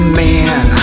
man